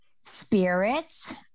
Spirits